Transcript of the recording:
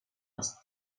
است